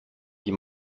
die